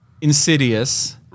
Insidious